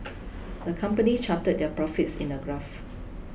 the company charted their profits in a graph